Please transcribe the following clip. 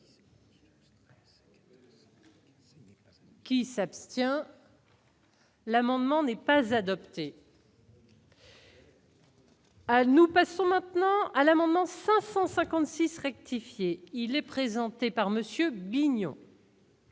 Qui s'abstient. L'amendement n'est pas adopté. Nous passons maintenant à l'amendement 556 rectifier, il est présenté par Monsieur